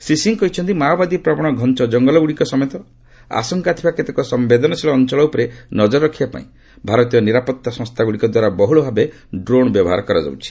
ଶ୍ରୀ ସିଂହ କହିଛନ୍ତି ମାଓବାଦୀ ପ୍ରବଣ ଘଞ୍ଚ ଜଙ୍ଗଳଗୁଡ଼ିକ ସମେତ ଆଶଙ୍କା ଥିବା କେତେକ ସମ୍ଭେଦନଶୀଳ ଅଞ୍ଚଳ ଉପରେ ନକର ରଖିବା ପାଇଁ ଭାରତୀୟ ନିରାପତ୍ତା ସଂସ୍ଥାଗୁଡ଼ିକ ଦ୍ୱାରା ବହୁଳ ଭାବେ ଡ୍ରୋଣ୍ ବ୍ୟବହାର କରାଯାଉଛି